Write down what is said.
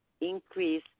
increase